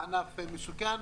הענף מסוכן,